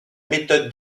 méthode